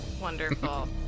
wonderful